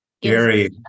Gary